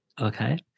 okay